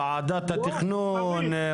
ועדת התכנון,